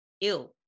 Ew